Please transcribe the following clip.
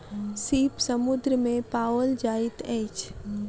सीप समुद्र में पाओल जाइत अछि